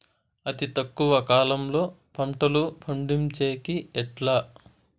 అతి తక్కువ కాలంలో పంటలు పండించేకి ఎట్లా?